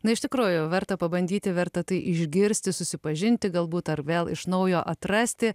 na iš tikrųjų verta pabandyti verta tai išgirsti susipažinti galbūt ar vėl iš naujo atrasti